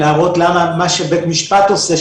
להראות את מה שבית המשפט עושה,